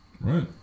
right